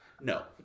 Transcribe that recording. No